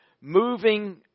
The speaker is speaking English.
moving